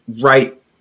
right